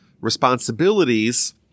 responsibilities